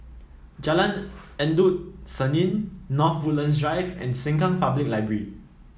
Jalan Endut Senin North Woodlands Drive and Sengkang Public Library